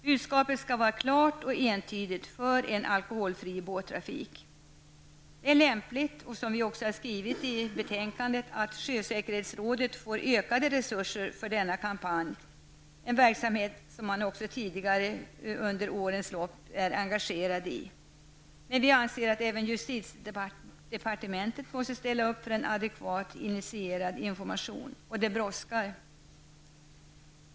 Budskapet skall vara klart och entydigt för en alkoholfri båttrafik. Det är lämpligt, som vi också skrivit i betänkandet, att sjösäkerhetsrådet får ökade resurser för denna kampanj, en verksamhet som man också tidigare under årens lopp varit engagerad i. Men även justitiedepartementet måste ställa upp för en adekvat, intensifierad information. Det brådskar.